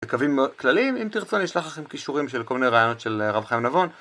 קווים כלליים, אם תרצו אני אשלח לכם קישורים של כל מיני רעיונות של רב חיים נבון.